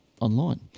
online